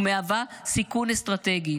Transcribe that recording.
ומהווה סיכון אסטרטגי.